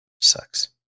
sucks